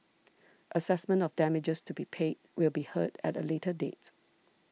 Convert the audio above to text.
assessment of damages to be paid will be heard at a later date